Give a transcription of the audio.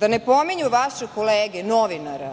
da ne pominju vaše kolege novinara